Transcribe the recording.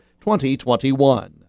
2021